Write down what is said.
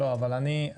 לא אבל אני,